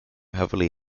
heavily